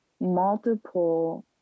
multiple